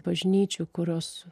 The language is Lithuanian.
bažnyčių kurios